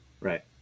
Right